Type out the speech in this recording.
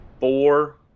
Four